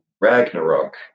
Ragnarok